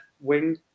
wing